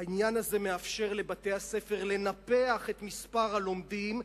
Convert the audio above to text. העניין הזה מאפשר לבתי הספר לנפח את מספר הלומדים,